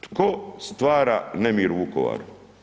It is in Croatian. Tko stvara nemir u Vukovaru?